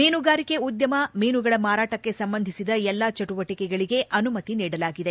ಮೀನುಗಾರಿಕೆ ಉದ್ದಮ ಮೀನುಗಳ ಮಾರಾಟಕ್ಕೆ ಸಂಬಂಧಿಸಿದ ಎಲ್ಲಾ ಚಟುವಟಿಕೆಗಳಿಗೆ ಅನುಮತಿ ನೀಡಲಾಗಿದೆ